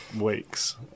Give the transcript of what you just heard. weeks